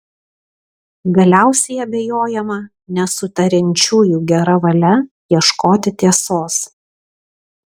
galiausiai abejojama nesutariančiųjų gera valia ieškoti tiesos